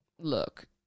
look